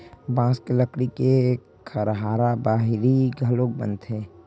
बांस के लकड़ी के खरहारा बाहरी घलोक बनथे